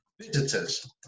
visitors